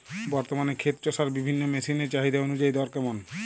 বর্তমানে ক্ষেত চষার বিভিন্ন মেশিন এর চাহিদা অনুযায়ী দর কেমন?